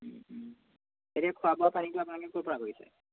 এতিয়া খোৱা বোৱা পানীটো আপোনালোকে ক'ৰ পৰা কৰিছে